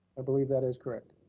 i believe that is correct.